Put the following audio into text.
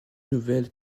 nouvelles